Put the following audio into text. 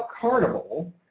carnival